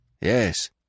Yes